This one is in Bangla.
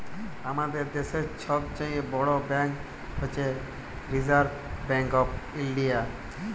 আমাদের দ্যাশের ছব চাঁয়ে বড় ব্যাংক হছে রিসার্ভ ব্যাংক অফ ইলডিয়া